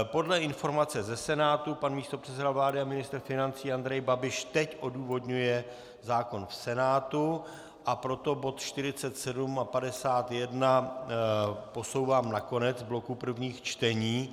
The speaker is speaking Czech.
Podle informace ze Senátu pan místopředseda vlády a ministr financí Andrej Babiš teď odůvodňuje zákon v Senátu, a proto bod 47 a 51 posouvám na konec bloku prvních čtení.